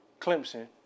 Clemson